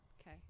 Okay